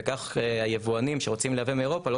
וכך היבואנים שרוצים לייבא מאירופה לא